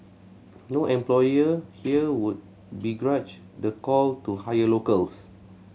no employer here would begrudge the call to hire locals